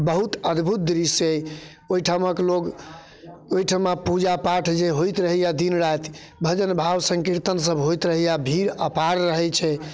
बहुत अदभुत दृश्य अइ ओहिठामक लोक ओहिठिमा पूजा पाठ जे होइत रहैए दिन राति भजन भाव संकीर्तनसभ होइत रहैए भीड़ अपार रहैत छै